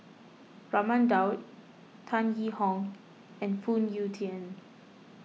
Raman Daud Tan Yee Hong and Phoon Yew Tien